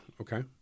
Okay